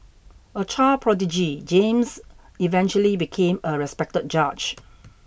a child prodigy James eventually became a respected judge